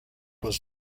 was